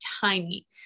tiny